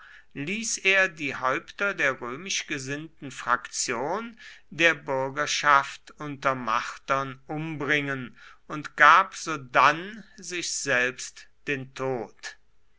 ließ er die häupter der römisch gesinnten fraktion der bürgerschaft unter martern umbringen und gab sodann sich selbst den tod